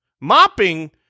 mopping